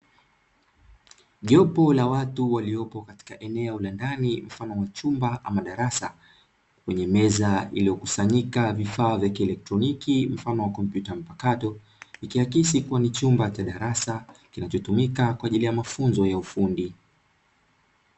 Jopo la watu waliopo kwatika eneo la ndani mfano wa chumba ama darasa, wenye meza iliyokusanyika vifaa vya kieletroniki, mfano wa kompyuta mpakato, ikiakisi kuwa ni chumba cha darasa kinachotumika kwa ajili ya mafunzo ya ufundi.